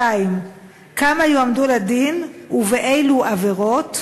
2. כמה יועמדו לדין ובאילו עבירות?